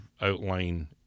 outline